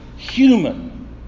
human